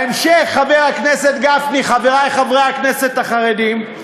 בהמשך, חבר הכנסת גפני, חברי חברי הכנסת החרדים,